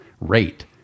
rate